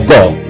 God